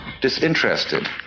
disinterested